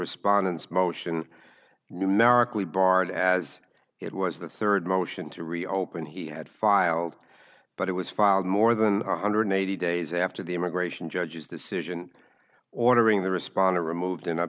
respondents motion numerically barred as it was the third motion to reopen he had filed but it was filed more than one hundred eighty days after the immigration judge's decision ordering the respondent removed